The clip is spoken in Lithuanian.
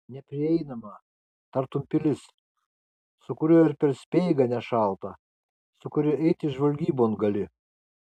neprieinamą tartum pilis su kuriuo ir per speigą nešalta su kuriuo eiti žvalgybon gali